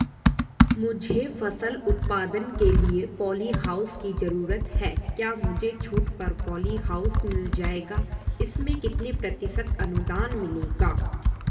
मुझे फसल उत्पादन के लिए प ॉलीहाउस की जरूरत है क्या मुझे छूट पर पॉलीहाउस मिल जाएगा इसमें कितने प्रतिशत अनुदान मिलेगा?